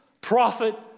prophet